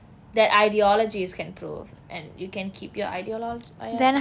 that ideologies can prove and you can keep your idea lor but ya